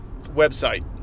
website